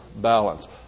balance